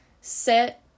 sit